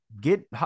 get